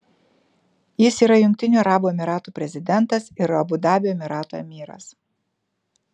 jis yra jungtinių arabų emyratų prezidentas ir abu dabio emyrato emyras